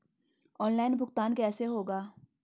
Online भुगतान कैसे होगा?